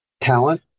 talent